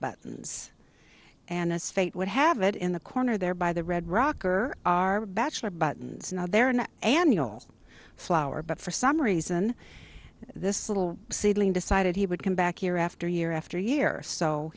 buttons and as fate would have it in the corner there by the red rocker are bachelor buttons now they're an annual flower but for some reason this little seedling decided he would come back year after year after year so